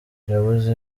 yabuze